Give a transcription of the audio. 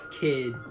kid